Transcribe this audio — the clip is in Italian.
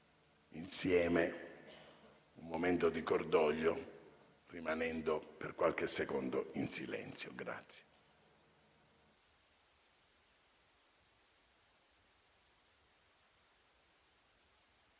insieme un momento di cordoglio, rimanendo per qualche secondo in silenzio.